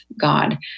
God